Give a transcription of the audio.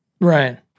Right